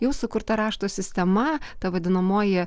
jau sukurta rašto sistema ta vadinamoji